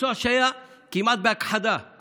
מקצוע שהיה כמעט בהכחדה,